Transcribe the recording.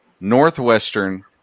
Northwestern